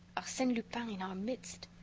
arsene lupin in our midst!